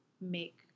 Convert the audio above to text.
make